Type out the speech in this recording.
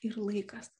ir laikas